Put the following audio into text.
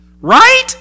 Right